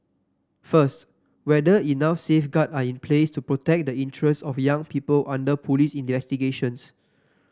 first whether enough safeguard are in place to protect the interest of young people under police investigations